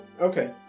okay